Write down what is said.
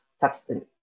substance